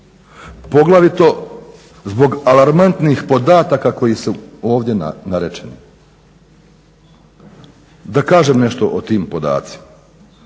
poglavito zbog alarmantnih podataka koji su ovdje narečeni. Da kažem nešto o tim podacima.